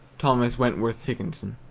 thomas wentworth higginson